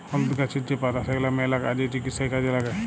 হলুদ গাহাচের যে পাতা সেগলা ম্যালা কাজে, চিকিৎসায় কাজে ল্যাগে